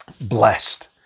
blessed